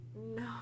No